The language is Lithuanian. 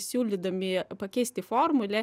siūlydami pakeisti formulę